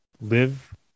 live